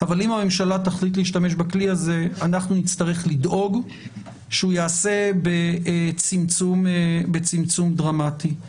אנחנו נצטרך לדאוג שהוא ייעשה בצמצום דרמטי.